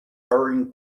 hurrying